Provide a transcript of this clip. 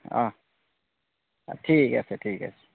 অঁ অঁ ঠিক আছে ঠিক আছে